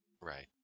right